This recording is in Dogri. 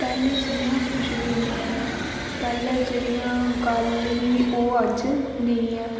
पैह्लें जनेआं कुछ बी निं ऐ पैह्लें जेह्डी गल्ल ही ओह् अज्ज नेईं ऐ